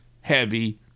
heavy